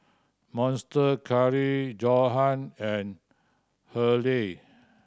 Monster Curry Johan and Hurley